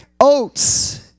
Oats